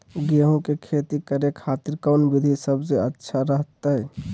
गेहूं के खेती करे खातिर कौन विधि सबसे अच्छा रहतय?